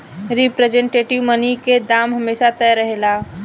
representative money के दाम हमेशा तय रहेला